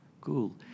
Cool